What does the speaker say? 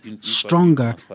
stronger